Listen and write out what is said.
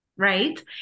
Right